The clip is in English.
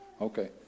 Okay